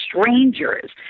strangers